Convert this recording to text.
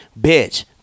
bitch